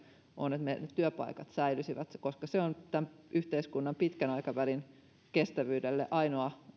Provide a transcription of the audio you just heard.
on se että ne työpaikat säilyisivät koska se on tämän yhteiskunnan pitkän aikavälin kestävyydelle ainoa